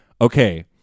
Okay